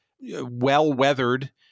well-weathered